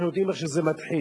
אנחנו יודעים איך זה מתחיל.